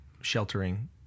sheltering